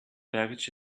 package